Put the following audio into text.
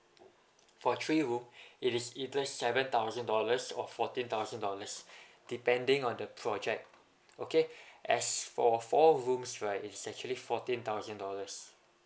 for three room it is either seven thousand dollars or fourteen thousand dollars depending on the project okay as for four rooms right it's actually fourteen thousand dollars